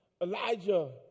Elijah